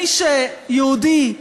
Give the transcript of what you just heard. מי שיהודי,